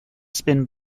spin